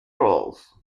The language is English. roles